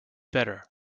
better